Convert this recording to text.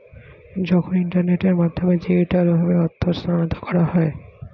যখন ইন্টারনেটের মাধ্যমে ডিজিটালভাবে অর্থ স্থানান্তর করা হয়